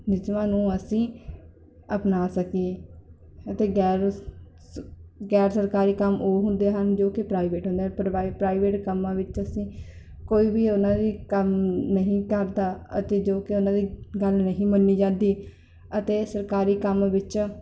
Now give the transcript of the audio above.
ਨਿਯਮਾਂ ਨੂੰ ਅਸੀਂ ਅਪਣਾ ਸਕੀਏ ਅਤੇ ਗੈਰ ਸ ਗੈਰ ਸਰਕਾਰੀ ਕੰਮ ਉਹ ਹੁੰਦੇ ਹਨ ਜੋ ਕਿ ਪ੍ਰਾਈਵੇਟ ਹੁੰਦੇ ਪ੍ਰਾਈ ਪ੍ਰਾਈਵੇਟ ਕੰਮਾਂ ਵਿੱਚ ਅਸੀਂ ਕੋਈ ਵੀ ਉਹਨਾਂ ਦੀ ਕੰਮ ਨਹੀਂ ਕਰਦਾ ਅਤੇ ਜੋ ਕਿ ਉਹਨਾਂ ਦੇ ਗੱਲ ਨਹੀਂ ਮੰਨੀ ਜਾਂਦੀ ਅਤੇ ਸਰਕਾਰੀ ਕੰਮ ਵਿੱਚ